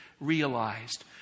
realized